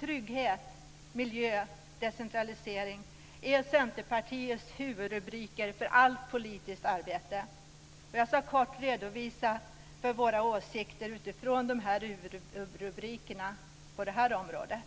Trygghet, Miljö, Decentralisering är Centerpartiets huvudrubriker för allt politiskt arbete. Jag ska kort redogöra för våra åsikter utifrån våra huvudrubriker på det här området.